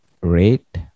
rate